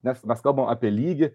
nes mes kalbam apie lygį